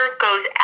goes